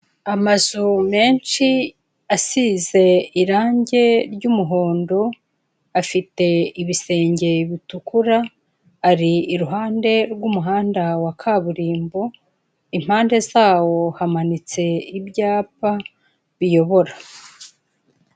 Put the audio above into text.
Amazu menshi asize irange ry'umuhondo afite ibisenge bitukura ari iruhande rw'umuhanda wa kaburimbo impande zawo hamanitse ibyapa biyobora.